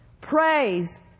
praise